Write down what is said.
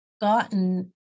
gotten